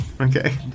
Okay